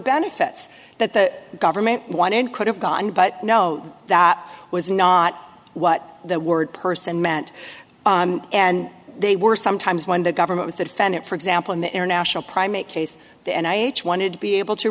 benefits that the government wanted could have gone but no that was not what the word person meant and they were sometimes when the government was the defendant for example in the international primate case and i wanted to be able to